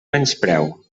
menyspreu